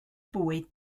bwyd